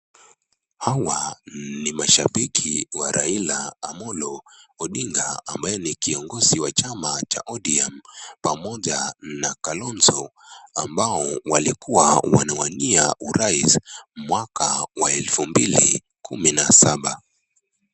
Hawa ni mashabiki wa Raila Amolo Odinga ambaye ni kiongozi wa chama cha ODM pamoja na Kalonzo ,ambao walikuwa wanawania urais mwaka wa elfu mbili kumi na saba .